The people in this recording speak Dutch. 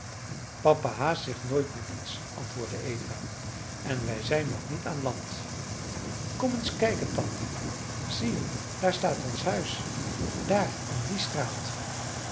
papa haast zich nooit met iets antwoordde eva en wij zijn nog niet aan land kom eens kijken tante zie daar staat ons huis daar in die straat